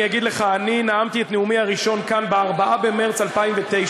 אני אגיד לך: אני נאמתי את נאומי הראשון כאן ב-4 במרס 2009,